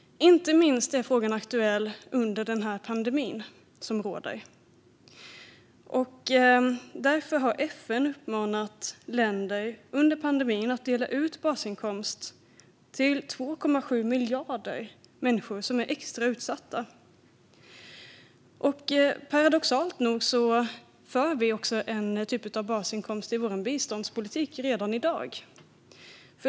Inte minst är frågan aktuell under den pandemi som råder. Därför har FN uppmanat länder att under pandemin dela ut basinkomst till 2,7 miljarder extra utsatta människor. Paradoxalt nog finns en typ av basinkomst i vår biståndspolitik redan i dag.